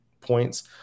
points